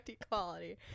equality